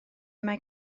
mae